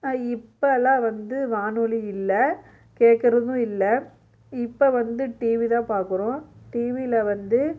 இப்போ எல்லாம் வந்து வானொலி இல்லை கேட்கறதும் இல்லை இப்போ வந்து டிவி தான் பார்க்கறோம் டிவியில் வந்து